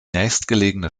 nächstgelegene